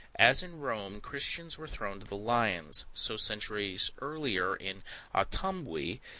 as in rome christians were thrown to the lions, so centuries earlier in otumwee,